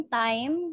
time